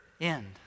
end